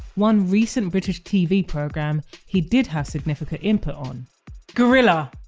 one recent british tv programme he did have significant input on guerrilla